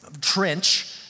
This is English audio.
trench